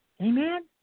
Amen